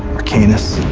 archanis,